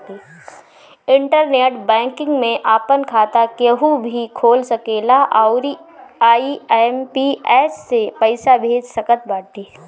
internet banking में आपन खाता केहू भी खोल सकेला अउरी आई.एम.पी.एस से पईसा भेज सकत बाटे